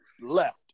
left